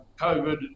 COVID